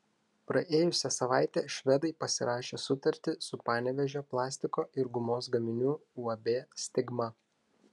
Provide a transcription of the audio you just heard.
praėjusią savaitę švedai pasirašė sutartį su panevėžio plastiko ir gumos gaminių uab stigma